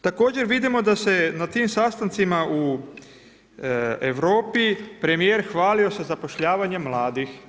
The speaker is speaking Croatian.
Također vidimo da se na tim sastancima u Europi premjer hvalio za zapošljavanje mladih.